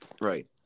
Right